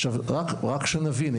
עכשיו רק שנבין,